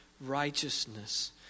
righteousness